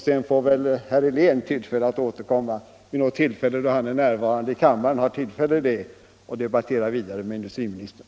Sedan får väl herr Helén tillfälle att återkomma, när han är närvarande i kammaren, och debattera vidare med herr industriministern.